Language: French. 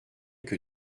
que